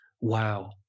wow